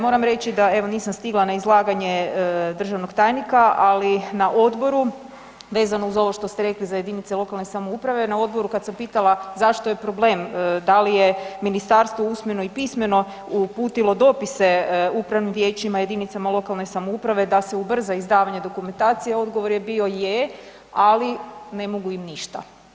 Moram reći da evo, nisam stigla na izlaganje državnog tajnika, ali na odboru vezano uz ovo što ste rekli za jedinice lokalne samouprave, jer na odboru kad sam pitala zašto je problem, da li je ministarstvo usmeno i pisano uputilo dopise upravnim vijećima, jedinicama lokalne samouprave, da se ubrza izdavanje dokumentacije, odgovor je bio je, ali ne mogu im ništa.